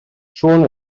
siôn